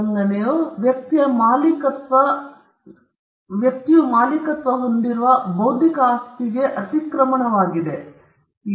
ಉಲ್ಲಂಘನೆಯು ವ್ಯಕ್ತಿಯ ಮಾಲೀಕತ್ವ ಹೊಂದಿರುವ ಬೌದ್ಧಿಕ ಆಸ್ತಿಗೆ ಅತಿಕ್ರಮಣವಾಗಿದೆ